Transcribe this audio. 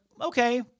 okay